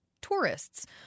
tourists